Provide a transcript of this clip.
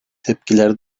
tepkiler